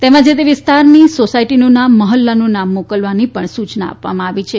તેમાં જે તે વિસ્તારની સોસાયટીનું નામ મહોલ્લાનું નામ મોકલવા પણ સૂચના આપવામાં આવી છે